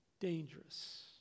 dangerous